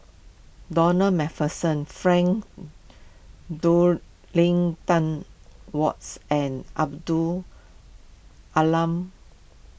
Ronald MacPherson Frank Dorrington Wards and Abdul long